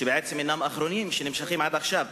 שבעצם אינם אחרונים, שנמשכים עד עכשיו,